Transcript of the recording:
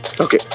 Okay